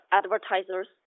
advertisers